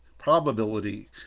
probability